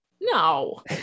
No